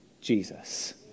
Jesus